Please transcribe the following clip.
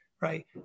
Right